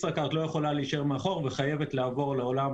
ישראכרט לא יכולה להישאר מאחור וחייבת לעבור לעולם